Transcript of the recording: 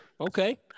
okay